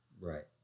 Right